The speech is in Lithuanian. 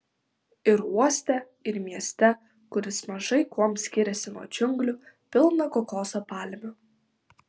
ir uoste ir mieste kuris mažai kuom skiriasi nuo džiunglių pilna kokoso palmių